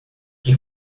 que